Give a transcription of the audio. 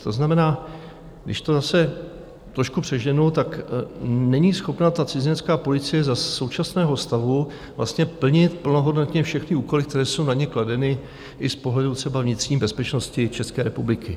To znamená, když to zase trošku přeženu, není schopna cizinecká policie za současného stavu plnit plnohodnotně všechny úkoly, které jsou na ni kladeny i z pohledu třeba vnitřní bezpečnosti České republiky.